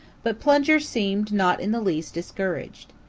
but plunger seemed not in the least discouraged.